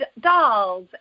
dolls